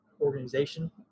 organization